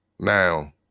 Now